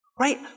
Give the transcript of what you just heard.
Right